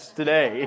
today